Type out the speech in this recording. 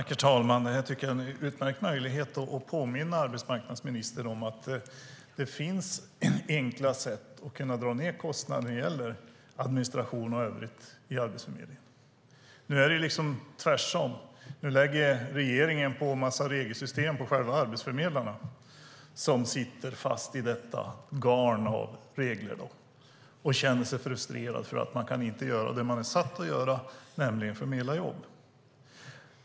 Herr talman! Jag tycker att detta är en utmärkt möjlighet att påminna arbetsmarknadsministern om att det finns enkla sätt att dra ned kostnaden när det gäller administration och övrigt i Arbetsförmedlingen. Nu är det tvärtom; nu lägger regeringen på en massa regelsystem på själva arbetsförmedlarna, som sitter fast i detta garn av regler och känner sig frustrerade för att de inte kan göra det de är satta att göra, nämligen förmedla jobb.